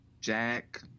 Jack